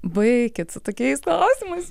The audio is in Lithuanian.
baikit su tokiais klausimais